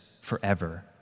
forever